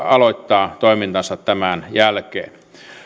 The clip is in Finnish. aloittaa toimintansa tämän jälkeen